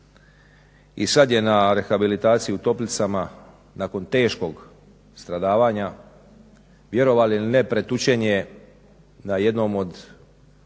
i sada je na rehabilitaciji u toplicama nakon teškog stradavanja. Vjerovali ili ne pretučen je na jednom od